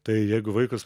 tai jeigu vaikas